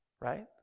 right